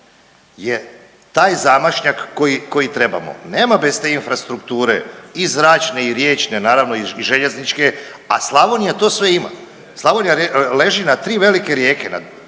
je taj zamašnjak koji trebamo. Nema bez te infrastrukture i zračne i riječne naravno i željezničke, a Slavonija sve to ima. Slavonija leži na tri velike rijeke,